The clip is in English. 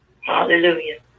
Hallelujah